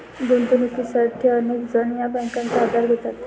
गुंतवणुकीसाठी अनेक जण या बँकांचा आधार घेतात